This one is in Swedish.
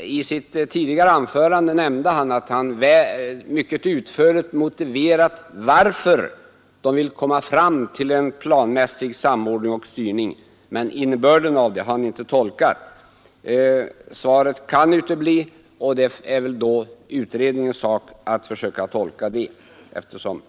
I sitt tidigare anförande nämnde han att han mycket utförligt motiverat varför han vill komma fram till en planmässig samordning och styrning, men innebörden av det har han inte tolkat. Svaret kan utebli, och det är väl då utredningens sak att försöka göra tolkningen